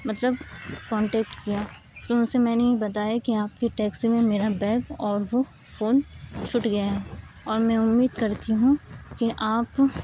مطلب کانٹیکٹ کیا پھر اسے میں نے یہ بتایا کہ آپ کہ ٹیکسی میں میرا بیگ اور وہ فون چھوٹ گیا ہے اور میں امید کرتی ہوں کہ آپ